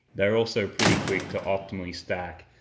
they are also pretty quick to optimally stack,